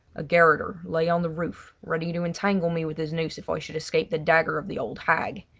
a garroter lay on the roof ready to entangle me with his noose if i should escape the dagger of the old hag.